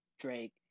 Drake